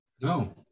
no